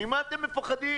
ממה אתם מפחדים?